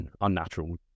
unnatural